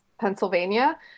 Pennsylvania